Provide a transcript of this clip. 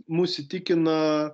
mus įtikina